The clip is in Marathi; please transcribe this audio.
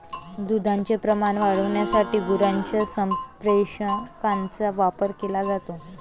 दुधाचे प्रमाण वाढविण्यासाठी गुरांच्या संप्रेरकांचा वापर केला जातो